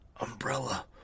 umbrella